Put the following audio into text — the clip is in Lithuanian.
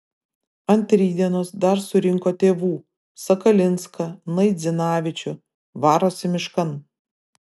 ant rytdienos dar surinko tėvų sakalinską naidzinavičių varosi miškan